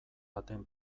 baten